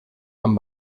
amb